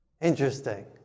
Interesting